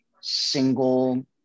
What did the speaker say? single